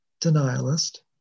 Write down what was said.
denialist